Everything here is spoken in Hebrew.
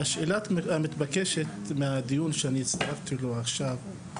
השאלה המתבקשת מהדיון שאני הצטרפתי אליו עכשיו,